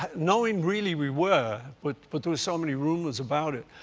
knowing really we were, but but there were so many rumors about it,